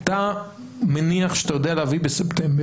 אתה מניח שאתה יודע להביא בספטמבר,